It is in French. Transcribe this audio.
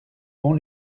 vont